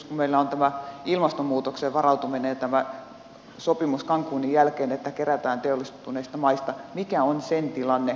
kun meillä on tämä ilmastonmuutokseen varautuminen ja sopimus cancunin jälkeen että kerätään teollistuneista maista mikä on sen tilanne noin kansainvälisesti